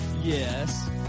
Yes